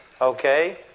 okay